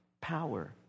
power